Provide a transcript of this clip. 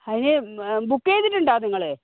അതിന് ബുക്ക് ചെയ്തിട്ടുണ്ടോ നിങ്ങൾ